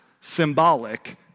symbolic